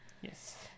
yes